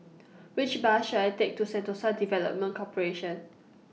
Which Bus should I Take to Sentosa Development Corporation